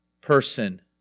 person